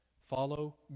Follow